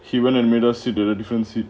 he went and made us sit in a defensive